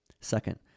Second